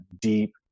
deep